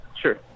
sure